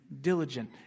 diligent